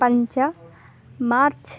पञ्च मार्च्